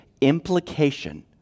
implication